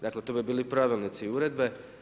Dakle, to bi bili pravilnici i uredbe.